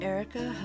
Erica